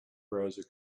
browser